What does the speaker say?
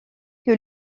que